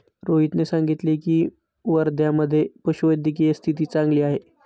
रोहितने सांगितले की, वर्ध्यामधे पशुवैद्यकीय स्थिती चांगली आहे